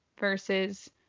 versus